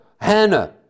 Hannah